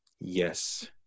Yes